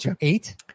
Eight